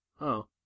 Oh